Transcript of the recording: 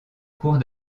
cours